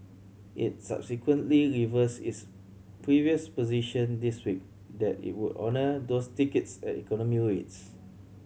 it subsequently reversed its previous position this week that it would honour those tickets at economy rates